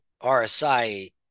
RSI